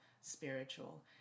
spiritual